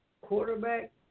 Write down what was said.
quarterback